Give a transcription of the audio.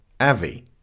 Avi